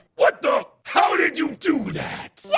what the? how did you do that?